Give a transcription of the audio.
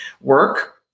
work